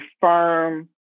firm